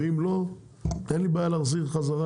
ואם לא אין לי בעיה להחזיר חזרה,